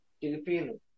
Filipino